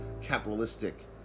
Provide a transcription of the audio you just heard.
capitalistic